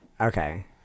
Okay